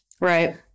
right